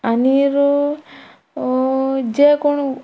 आनीर जे कोण